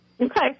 okay